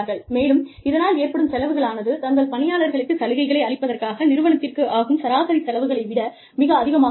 மேலும் இதனால் ஏற்படும் செலவுகளானது தங்கள் பணியாளர்களுக்குச் சலுகைகளை அளிப்பதற்காக நிறுவனத்திற்கு ஆகும் சராசரி செலவுகளை விட மிக அதிகமாக இருக்கும்